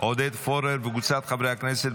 עודד פורר וקבוצת חברי הכנסת,